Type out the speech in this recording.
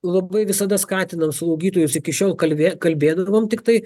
labai visada skatinam slaugytojus iki šiol kalvė kalbėdavom tiktai